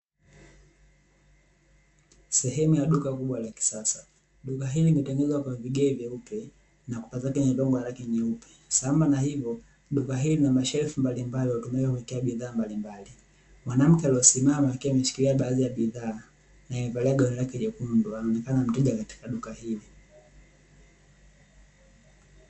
Sehemu ya duka kubwa la kisasa, duka hili limetengenezwa kwa vigae vyeupe na kupakwa rangi nyeupe, sambamba na hilo, duka hili lina mashelfu mbalimbali, yanayotumika kuwekea bidhaa mbalimbali. Mwanamke aliesimama akiwa ameshikilia baadhi ya bidhaa, amevalia gauni lake jekundu anaonekana ni mteja katika duka hilo.